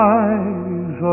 eyes